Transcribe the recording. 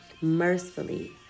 mercifully